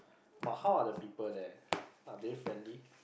but how are the people there are they friendly